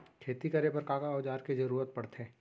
खेती करे बर का का औज़ार के जरूरत पढ़थे?